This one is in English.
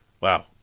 Wow